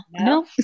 no